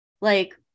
like-